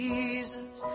Jesus